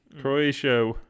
Croatia